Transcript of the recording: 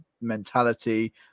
mentality